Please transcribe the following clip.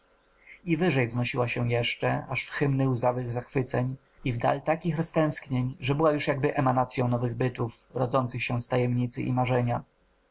i wyżej wznosiła się jeszcze aż w hymny łzawych zachwyceń i w dal takich roztęsknień że była już jakby emanacją nowych bytów rodzących się z tajemnicy i marzenia